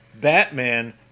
Batman